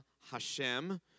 Hashem